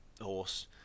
horse